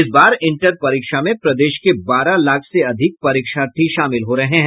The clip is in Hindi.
इस बार इंटर परीक्षा में प्रदेश के बारह लाख से अधिक परीक्षार्थी शामिल हो रहे हैं